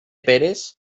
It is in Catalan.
peres